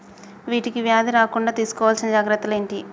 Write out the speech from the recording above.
వీటికి వ్యాధి రాకుండా తీసుకోవాల్సిన జాగ్రత్తలు ఏంటియి?